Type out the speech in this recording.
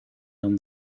non